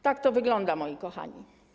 Tak to wygląda, moi kochani.